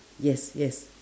yes yes